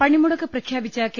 പണിമുടക്ക് പ്രഖ്യാപിച്ച കെ